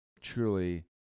truly